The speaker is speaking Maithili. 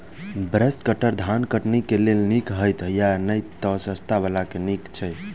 ब्रश कटर धान कटनी केँ लेल नीक हएत या नै तऽ सस्ता वला केँ नीक हय छै?